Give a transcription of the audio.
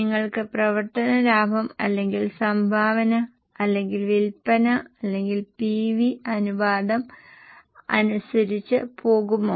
നിങ്ങൾ പ്രവർത്തന ലാഭം അല്ലെങ്കിൽ സംഭാവന അല്ലെങ്കിൽ വിൽപ്പന അല്ലെങ്കിൽ പിവി അനുപാതം അനുസരിച്ച് പോകുമോ